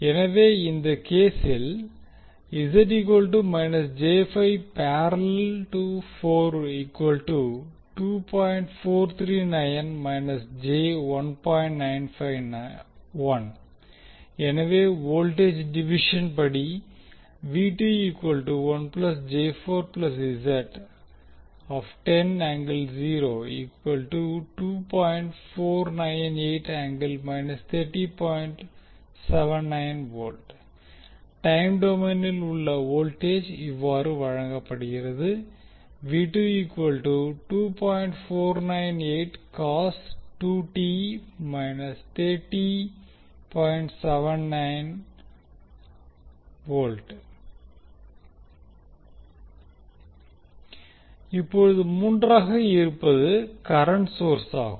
எனவே இந்த கேசில் எனவே வோல்டேஜ் டிவிஷன் படி டைம் டொமைனில் உள்ள வோல்டேஜ் இவ்வர்று வழங்கப்படுகிறது இப்போது மூன்றாவதாக இருப்பது கரண்ட் சோர்ஸாகும்